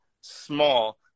small